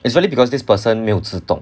it's really because this person 没有自动